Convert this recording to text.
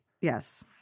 Yes